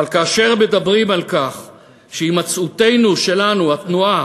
אבל כאשר מדברים על כך שהימצאותנו שלנו, התנועה,